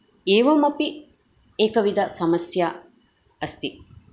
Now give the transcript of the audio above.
एवमपि एकविध समस्या अस्ति